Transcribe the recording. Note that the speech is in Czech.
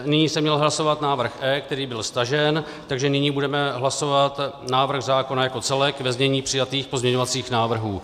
Nyní se měl hlasovat návrh E, který byl stažen, takže nyní budeme hlasovat návrh zákona jako celek ve znění přijatých pozměňovacích návrhů.